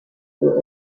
were